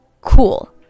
cool